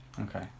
okay